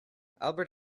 albert